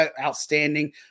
outstanding